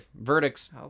verdicts